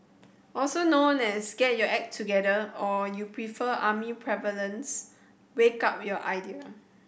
also known as get your act together or you prefer army parlance wake up your idea